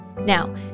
Now